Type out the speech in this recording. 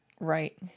Right